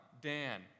Dan